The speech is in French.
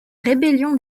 rébellion